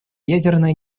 ядерное